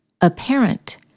Apparent